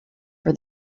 for